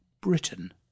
Britain